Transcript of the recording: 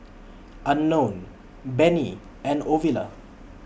Unknown Benny and Ovila